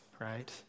right